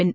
N